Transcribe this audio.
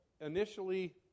initially